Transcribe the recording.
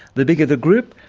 the bigger the group,